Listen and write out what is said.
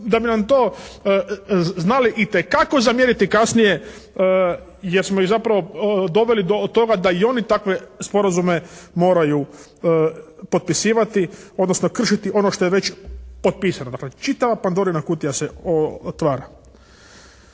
da bi nam to znali itekako zamjeriti kasnije jer smo ih zapravo doveli do toga da i oni takve sporazume moraju potpisivati, odnosno kršiti ono što je već potpisano. Dakle čitava Pandorina kutija se otvara.